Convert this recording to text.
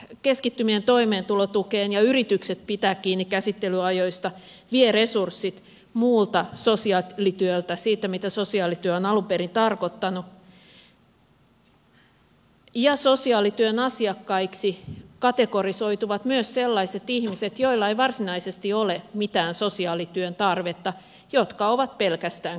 keskittyminen toimeentulotukeen ja yritykset pitää kiinni käsittelyajoista vievät resurssit muulta sosiaalityöltä siitä mitä sosiaalityö on alun perin tarkoittanut ja sosiaalityön asiakkaiksi kategorisoituvat myös sellaiset ihmiset joilla ei varsinaisesti ole mitään sosiaalityön tarvetta jotka ovat pelkästään köyhiä